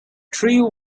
three